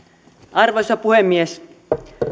arvoisa puhemies